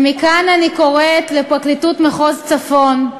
ומכאן אני קוראת לפרקליטות מחוז צפון,